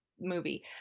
movie